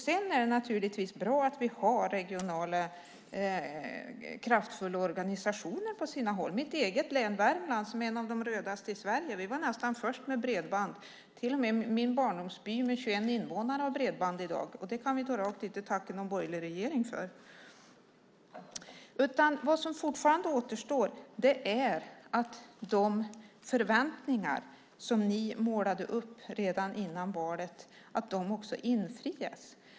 Sedan är det naturligtvis bra att vi har regionala kraftfulla organisationer på sina håll. Mitt eget län, Värmland, som är ett av de rödaste i Sverige, var nästan först med bredband. Till och med min barndomsby med 21 invånare har bredband i dag. Det kan vi rakt inte tacka någon borgerlig regering för. Vad som fortfarande återstår är att de förväntningar som ni målade upp redan före valet också infrias.